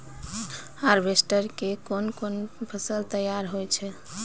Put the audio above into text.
Harvester के कोन कोन फसल तैयार होय छै?